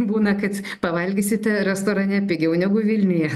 būna kad pavalgysite restorane pigiau negu vilniuje